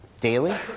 Daily